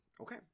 Okay